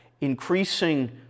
increasing